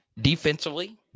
defensively